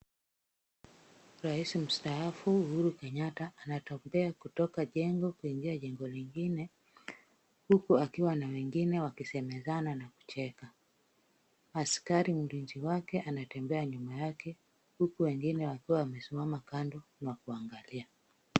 Rais mstaafu Uhuru Kenyatta anatokea kutoka jengo kuingia jengo lingine huku akiwa na wengine wakisemezana na kucheka. Askari mlinzi wake anatembea nyuma yake huku wengine wakiwa wamesimama kando na kuwaangalia.